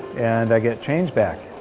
and i get change back!